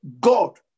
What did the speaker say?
God